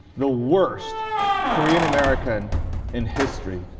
the worst korean-american in history